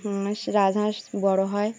হাঁস রাজহাঁস বড় হয়